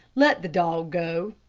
let the dog go.